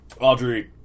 Audrey